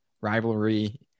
rivalry